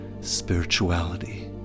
spirituality